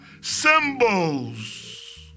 symbols